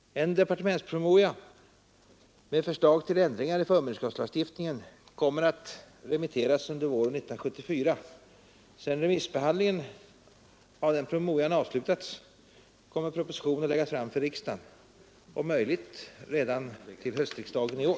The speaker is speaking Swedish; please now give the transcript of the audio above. En departementspromemoria med förslag till ändringar i förmynderskapslagstiftningen kommer att remitteras under våren 1974. Sedan remissbehandlingen avslutats kommer proposition att läggas fram för riksdagen, om möjligt redan till höstriksdagen i år.